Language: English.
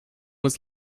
was